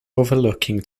overlooking